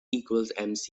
equals